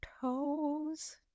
toes